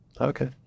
Okay